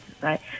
right